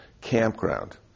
campground